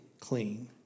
clean